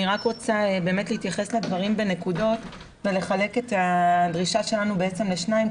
אני רוצה להתייחס לדברים בנקודות ולחלק את הדרישה שלנו לשניים,